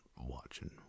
watching